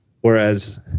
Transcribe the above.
whereas